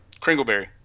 Kringleberry